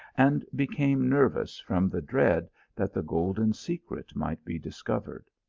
and became nervous from the dread that the golden secret might be discovered.